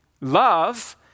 Love